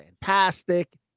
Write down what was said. fantastic